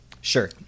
Sure